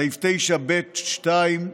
סעיף 9(ב)(2)